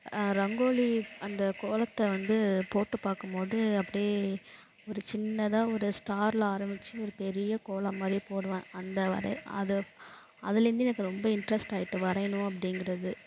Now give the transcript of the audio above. ரங்கோலி அந்த கோலத்தை வந்து போட்டு பார்க்கும் போது அப்படியே ஒரு சின்னதாக ஒரு ஸ்டாரில் ஆரம்பிச்சி ஒரு பெரிய கோலம் மாதிரி போடுவேன் அந்த வரை அது அதுலேருந்து எனக்கு ரொம்ப இன்ட்ரெஸ்ட்டு ஆகிட்டு வரையணும் அப்படிங்கிறது